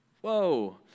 whoa